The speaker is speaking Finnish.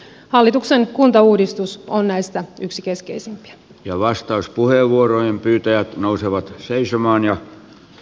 hallituksen kuntauudistus on näistä yksi keskeisin jo vastauspuheenvuorojen pitäjät nousevat seisomaan ja